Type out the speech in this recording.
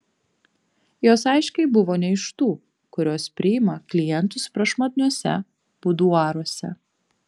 jos aiškiai buvo ne iš tų kurios priima klientus prašmatniuose buduaruose